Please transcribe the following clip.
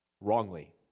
wrongly